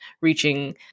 reaching